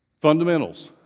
Fundamentals